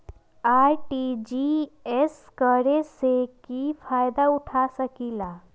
RTGS करे से की फायदा उठा सकीला?